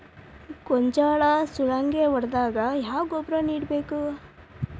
ಗೋಂಜಾಳ ಸುಲಂಗೇ ಹೊಡೆದಾಗ ಯಾವ ಗೊಬ್ಬರ ನೇಡಬೇಕು?